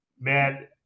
Man